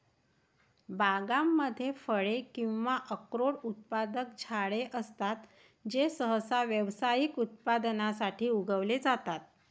बागांमध्ये फळे किंवा अक्रोड उत्पादक झाडे असतात जे सहसा व्यावसायिक उत्पादनासाठी उगवले जातात